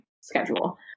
schedule